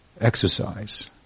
exercise